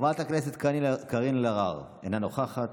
חברת הכנסת קארין אלהרר, אינה נוכחת.